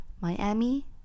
Miami